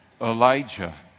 Elijah